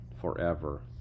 forever